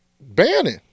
banning